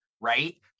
right